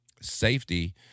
Safety